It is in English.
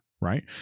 Right